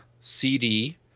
CD